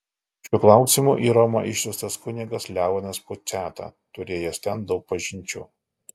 šiuo klausimu į romą išsiųstas kunigas leonas puciata turėjęs ten daug pažinčių